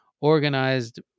organized